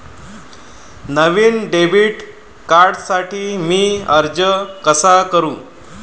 नवीन debit कार्डसाठी मी अर्ज कसा करू?